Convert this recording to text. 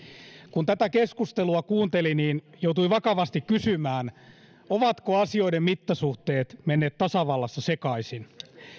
kun tätä keskustelua kuunteli joutui vakavasti kysymään ovatko asioiden mittasuhteet menneet tasavallassa sekaisin